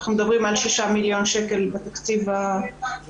אנחנו מדברים על שישה מיליון שקל בתקציב השנתי,